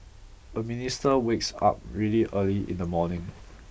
a minister wakes up really early in the morning